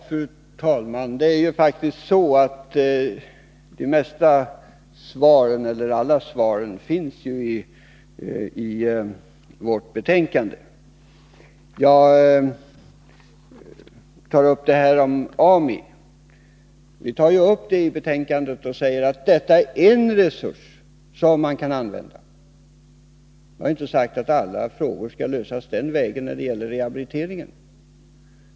Fru talman! Det är faktiskt så att alla svaren finns i vårt betänkande. Vi tar upp Ami i betänkandet och säger att det är en resurs som man kan använda. Jag har inte sagt att alla frågor skall lösas den vägen när det gäller rehabiliteringen.